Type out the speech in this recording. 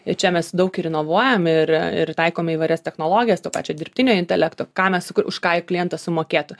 ir čia mes daug ir inovuojam ir ir taikome įvairias technologijas to pačio dirbtinio intelekto ką mes už ką ir klientas sumokėtų